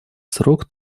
срок